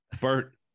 Bert